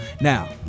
now